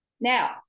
Now